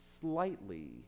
slightly